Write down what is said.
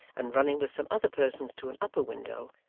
and running with some other persons to an upper window,